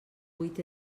buit